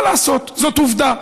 מה לעשות, זאת עובדה.